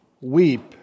weep